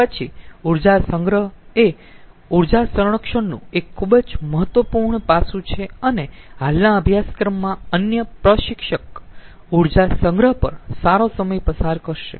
પછી ઊર્જા સંગ્રહ એ ઊર્જા સંરક્ષણનું એક ખુબ જ મહત્વપૂર્ણ પાસું છે અને હાલના અભ્યાસક્રમમાં અન્ય પ્રશિક્ષક ઊર્જા સંગ્રહ પર સારો સમય પસાર કરશે